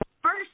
First